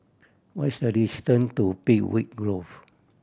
what is the distance to Peakville Grove